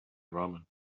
ramen